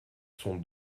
son